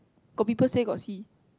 got people say got see